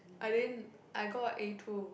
I didn't I got a a two